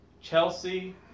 Chelsea